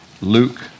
Luke